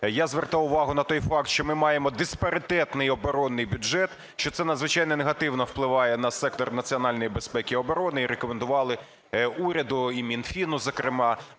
Я звертав увагу на той факт, що ми маємо диспаритетний оборонний бюджет, що це надзвичайно негативно впливає на сектор національної безпеки і оборони, і рекомендували уряду, і Мінфіну зокрема,